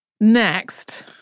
Next